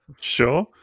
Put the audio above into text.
Sure